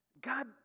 God